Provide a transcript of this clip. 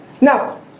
Now